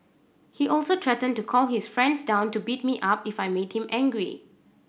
he also threatened to call his friends down to beat me up if I made him angry